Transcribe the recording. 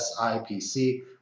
SIPC